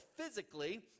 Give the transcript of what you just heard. physically